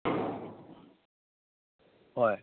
ꯍꯣꯏ